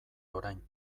orain